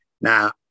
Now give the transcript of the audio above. Now